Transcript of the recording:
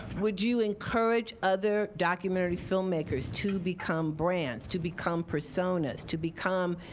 would you encourage other documentary filmmakers to become brands, to become personas, to become